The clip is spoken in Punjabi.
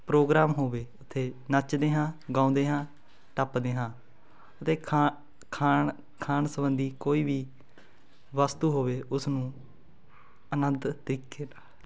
ਪ੍ਰੋਗਰਾਮ ਹੋਵੇ ਉੱਥੇ ਨੱਚਦੇ ਹਾਂ ਗਾਉਂਦੇ ਹਾਂ ਟੱਪਦੇ ਹਾਂ ਅਤੇ ਖਾ ਖਾਣ ਖਾਣ ਸਬੰਧੀ ਕੋਈ ਵੀ ਵਸਤੂ ਹੋਵੇ ਉਸ ਨੂੰ ਅਨੰਦ ਤਰੀਕੇ ਨਾਲ